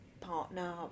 partner